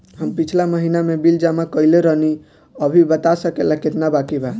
हम पिछला महीना में बिल जमा कइले रनि अभी बता सकेला केतना बाकि बा?